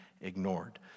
ignored